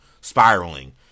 spiraling